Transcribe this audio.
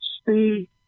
Speed